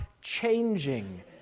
changing